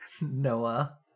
Noah